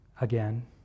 again